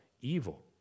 evil